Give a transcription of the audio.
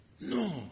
No